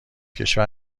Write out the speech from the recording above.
کشور